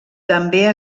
també